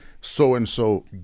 so-and-so